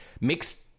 mixed